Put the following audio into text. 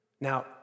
Now